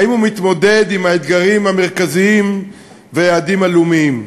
האם הוא מתמודד עם האתגרים המרכזיים והיעדים הלאומיים?